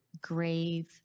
grave